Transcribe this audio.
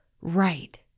right